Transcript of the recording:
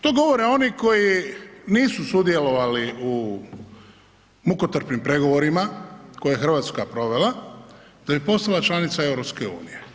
To govore oni koji nisu sudjelovali u mukotrpnim pregovorima koje je Hrvatska provela da bi postala članica EU.